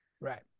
Right